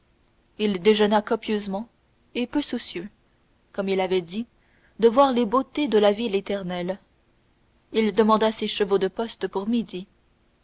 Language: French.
il déjeuna copieusement et peu soucieux comme il l'avait dit de voir les beautés de la ville éternelle il demanda ses chevaux de poste pour midi